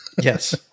Yes